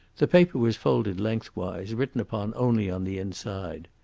the paper was folded lengthwise, written upon only on the inside.